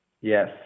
Yes